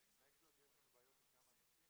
ונימק זאת: "יש לנו בעיות עם כמה נוסעים.